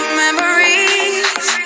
memories